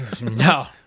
no